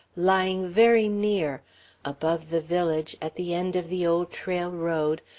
lying very near above the village, at the end of the old trail road,